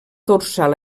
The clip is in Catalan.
dorsal